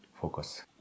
focus